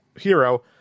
hero